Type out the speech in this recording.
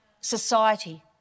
society